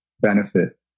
benefit